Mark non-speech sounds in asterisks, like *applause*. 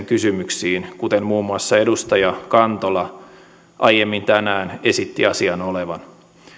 *unintelligible* kysymyksiin kuten muun muassa edustaja kantola aiemmin tänään esitti asian olevan